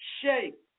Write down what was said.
shape